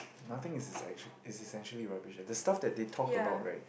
nothing is essential is essentially rubbish lah the stuff that they talk about right